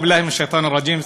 אעוד'ו באללה מן א-שיטאן א-רג'ים,